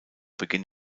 beginn